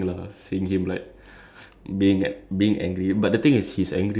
cause if that thing doesn't calm him down it just makes it worse